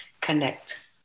connect